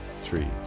three